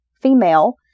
female